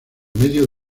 medio